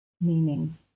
meaning